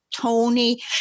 Tony